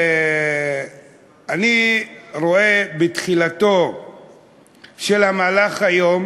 אני רואה בתחילתו של המהלך היום